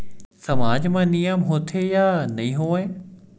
सामाज मा नियम होथे या नहीं हो वाए?